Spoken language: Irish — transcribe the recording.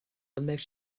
mbeidh